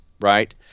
right